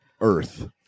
Earth